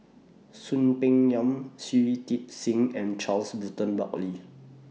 Soon Peng Yam Shui Tit Sing and Charles Burton Buckley